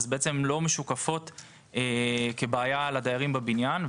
הן בעצם לא משוקפות כבעיה לדיירים בבניין.